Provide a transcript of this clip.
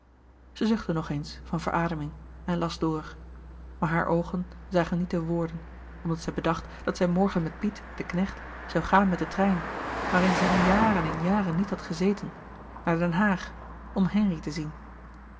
zij zuchtte nog eens van verademing en las door maar hare oogen zagen niet de woorden omdat zij bedacht dat zij morgen met piet den knecht zoû gaan met den trein waarin zij in jaren en jaren niet had gezeten naar den haag om henri te zien